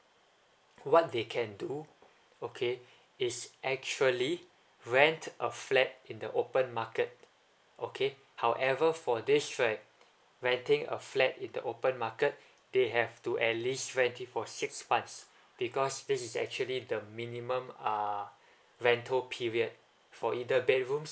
what they can do okay is actually rent a flat in the open market okay however for this right renting a flat in the open market they have to at least ready for six months because this is actually the minimum uh rental period for either bedrooms